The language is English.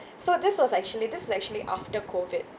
so this was actually this is actually after COVID